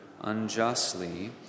unjustly